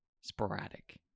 sporadic